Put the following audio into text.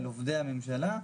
אל עובדי הממשלה,